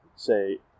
say